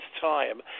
time